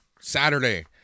Saturday